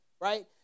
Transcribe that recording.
right